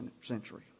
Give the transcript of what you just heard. century